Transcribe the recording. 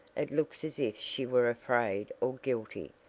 it looks as if she were afraid or guilty,